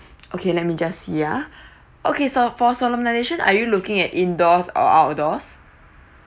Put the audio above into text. okay let me just see ya okay so~ for solemnisation are you looking at indoors or outdoors